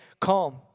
calm